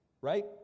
right